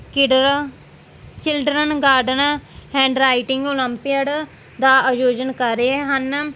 ਕਿਡਰ children garden handwriting olympiad ਦਾ ਆਯੋਜਨ ਕਰ ਰਹੇ ਹਨ